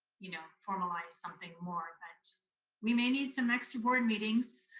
you know, formalize something more. but we may need some extra board meetings.